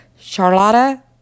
Charlotta